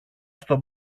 στον